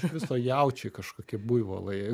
iš viso jaučiai kažkokie buivolai jeigu